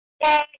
Hey